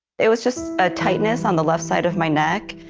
it was just a tightness on the left side of my neck.